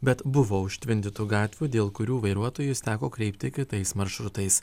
bet buvo užtvindytų gatvių dėl kurių vairuotojus teko kreipti kitais maršrutais